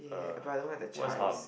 uh what's hum